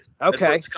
okay